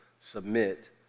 submit